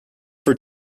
for